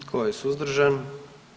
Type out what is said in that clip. Tko je suzdržan?